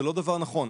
זה לא דבר נכון.